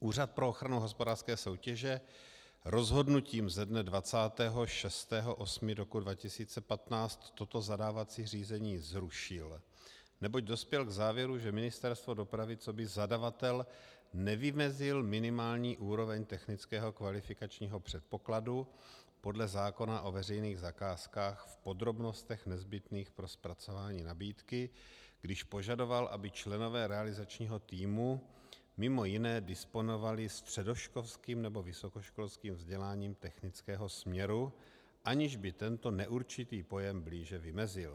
Úřad pro ochranu hospodářské soutěže rozhodnutím ze dne 26. 8. 2015 toto zadávací řízení zrušil, neboť dospěl k závěru, že Ministerstvo dopravy coby zadavatel nevymezil minimální úroveň technického kvalifikačního předpokladu podle zákona o veřejných zakázkách v podrobnostech nezbytných pro zpracování nabídky, když požadoval, aby členové realizačního týmu mj. disponovali středoškolským nebo vysokoškolským vzděláním technického směru, aniž by tento neurčitý pojem blíže vymezil.